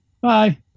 Bye